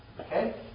Okay